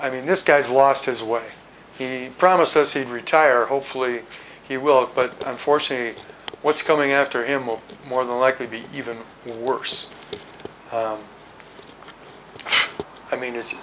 i mean this guy's lost his way he promised us he'd retire hopefully he will but unfortunately what's coming after him will more than likely be even worse i mean it's